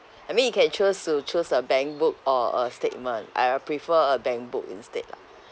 I mean you can choose to choose a bank book or a statement I prefer a bank book instead lah